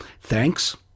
Thanks